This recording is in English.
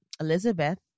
Elizabeth